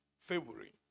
February